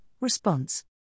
response